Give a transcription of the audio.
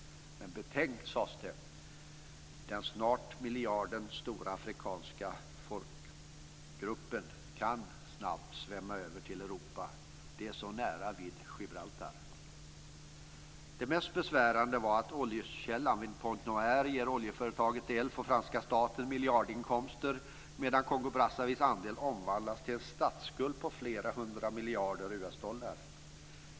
Men betänk att den snart en miljard stora afrikanska befolkningsgruppen snabbt kan svämma över till Europa - det är så nära vid Det mest besvärande var att oljekällan vid Pointe Noire ger oljeföretaget ELF och franska staten miljardinkomster medan Kongo-Brazzavilles andel omvandlats till en statsskuld på flera hundra miljarder US-dollar.